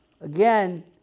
again